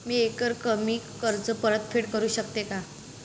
मी एकरकमी कर्ज परतफेड करू शकते का?